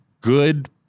good